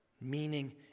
meaning